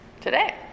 today